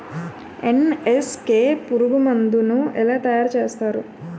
NSK పురుగు మందు ను ఎలా తయారు చేస్తారు?